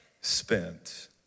spent